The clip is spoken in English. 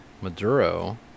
maduro